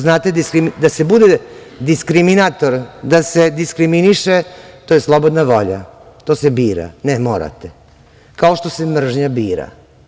Znate, da se bude diskriminator i da se diskriminiše to je slobodna volja, to se bira, ne morate, kao što se mržnja bira.